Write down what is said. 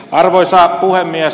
arvoisa puhemies